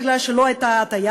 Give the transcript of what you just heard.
גברת,